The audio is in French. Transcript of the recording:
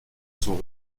son